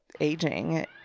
aging